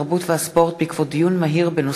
התרבות והספורט בעקבות דיון מהיר בהצעתה